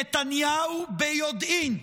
נתניהו, ביודעין,